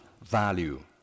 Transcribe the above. value